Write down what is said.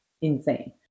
insane